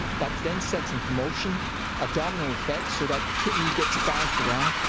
that then sets into motion a domino effect so that the kidney gets bounced around.